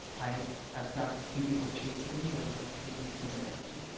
i i've got a few people chasing me, but i'm going to pay you because i like you.